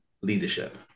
leadership